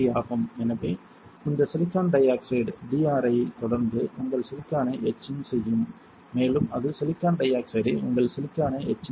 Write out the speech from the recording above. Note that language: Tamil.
எனவே இந்த சிலிக்கான் டை ஆக்சைடு DRI ஐத் தொடர்ந்து உங்கள் சிலிக்கானை எட்சிங் செய்யும் மேலும் அது சிலிக்கான் டை ஆக்சைடை உங்கள் சிலிக்கானை எட்சிங் ஆகாது